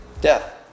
death